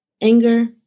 anger